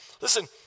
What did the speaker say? Listen